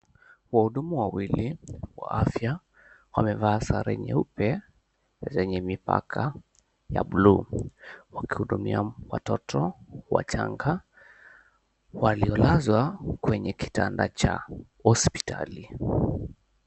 Wahudumu wawili wa afya wamevaa sare nyeupe zenye mipaka ya buluu wakihudumia watoto wachanga waliolazwa kwenye kitanda cha hospitali.